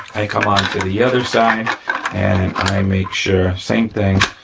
i come on to the other side and i make sure, same thing.